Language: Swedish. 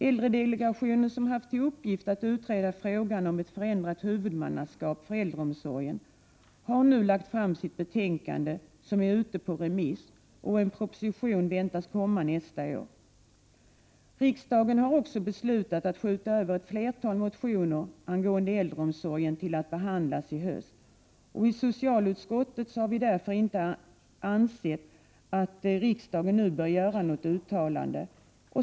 Äldredelegationen, som haft till uppgift att utreda frågan om ett förändrat huvudmannaskap för äldreomsorgen, har nu lagt fram sitt betänkande som är ute på remiss, och en proposition väntas nästa år. Riksdagen har också beslutat att skjuta över ett flertal motioner angående äldreomsorgen till i höst. Socialutskottet har därför inte ansett att riksdagen nu bör göra något uttalande.